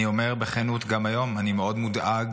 אני אומר בכנות גם היום, אני מאוד מודאג